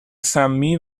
سمی